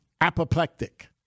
apoplectic